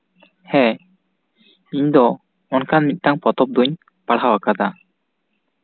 ᱦᱮᱸ ᱤᱧ ᱫᱚ ᱚᱱᱠᱟᱱ ᱢᱤᱫᱴᱟᱝ ᱯᱚᱛᱚᱵ ᱵᱟᱹᱧ ᱯᱟᱲᱦᱟᱣ ᱟᱠᱟᱫᱟ